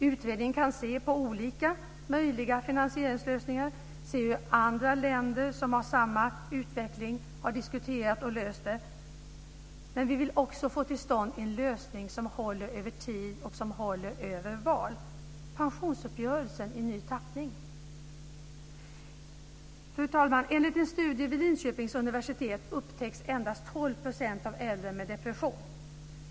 Utredningen kan se på olika möjliga finansieringslösningar och se hur andra länder som har samma utveckling har diskuterat och löst det. Vi vill också få till stånd en lösning som håller över tid och som håller över val - Fru talman! Enligt en studie vid Linköpings universitet upptäcks endast 12 % av äldre med depression.